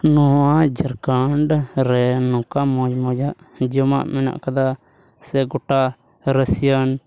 ᱱᱚᱣᱟ ᱡᱷᱟᱲᱠᱷᱚᱸᱰ ᱨᱮ ᱱᱚᱝᱠᱟ ᱢᱚᱡᱽ ᱢᱚᱡᱽ ᱟᱜ ᱡᱚᱢᱟᱜ ᱢᱮᱱᱟᱜ ᱠᱟᱫᱟ ᱥᱮ ᱜᱳᱴᱟ ᱨᱟᱥᱤᱭᱟᱱ